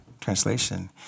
translation